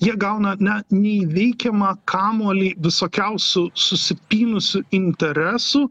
jie gauna ne neįveikiamą kamuolį visokiausių susipynusių interesų